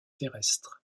terrestres